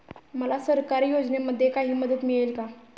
मला सरकारी योजनेमध्ये काही मदत मिळेल का?